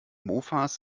mofas